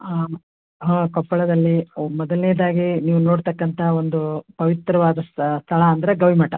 ಹಾಂ ಹಾಂ ಕೊಪ್ಪಳದಲ್ಲಿ ಮೊದಲನೇದಾಗಿ ನೀವು ನೋಡ್ತಕ್ಕಂಥ ಒಂದು ಪವಿತ್ರವಾದ ಸ್ಥಳ ಅಂದರೆ ಗವಿ ಮಠ